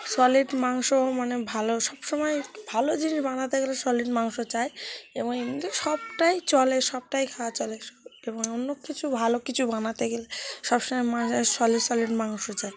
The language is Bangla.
সলিড মাংস মানে ভালো সবসময় ভালো জিনিস বানাতে গেলে সলিড মাংস চাই এবং এমনিতে সবটাই চলে সবটাই খাওয়া চলে এবং অন্য কিছু ভালো কিছু বানাতে গেলে সবসময় মা সলিড সলিড মাংস চাই